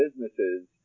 businesses